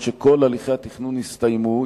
אף-על-פי שכל הליכי התכנון הסתיימו?